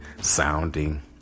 sounding